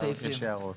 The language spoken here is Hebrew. לסעיפים?